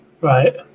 right